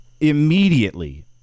immediately